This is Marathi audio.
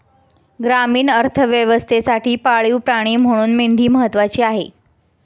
ग्रामीण अर्थव्यवस्थेसाठी पाळीव प्राणी म्हणून मेंढी महत्त्वाची आहे